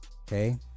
Okay